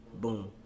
Boom